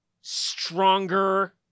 stronger